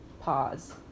Pause